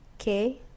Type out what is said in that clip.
Okay